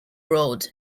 road